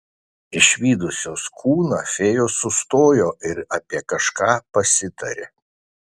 išvydusios kūną fėjos sustojo ir apie kažką pasitarė